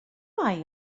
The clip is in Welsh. mae